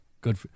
Good